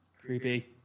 Creepy